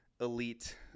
elite